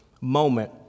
moment